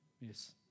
Yes